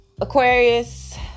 Aquarius